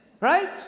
Right